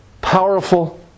powerful